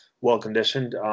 well-conditioned